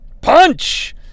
Punch